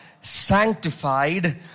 sanctified